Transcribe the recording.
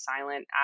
silent